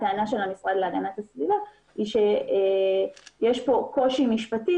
הטענה של המשרד להגנת הסביבה היא שיש פה קושי משפטי